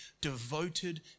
devoted